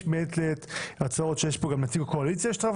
יש מעת לעת הצעות גם של חברים מהקואליציה,